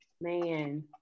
Man